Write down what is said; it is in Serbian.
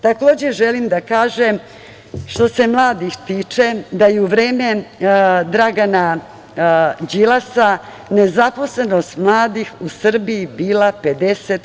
Takođe, želim da kažem, što se mladih tiče, da je u vreme Dragan Đilasa nezaposlenost mladih u Srbiji bila 50%